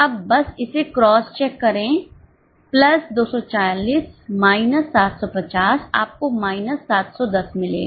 अब बस इसे क्रॉस चेक करें प्लस 240 माइनस 750 आपको माइनस 710 मिलेगा